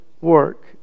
work